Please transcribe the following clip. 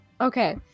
Okay